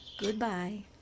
Goodbye